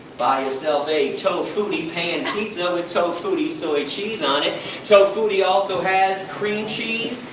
buy yourself a tofutti pan pizza with tofutti soy cheese on it tofutti also has cream cheese,